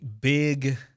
big